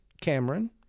Cameron